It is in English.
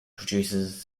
produces